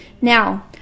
Now